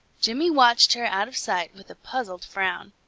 jimmy watched her out of sight with a puzzled frown.